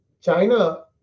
China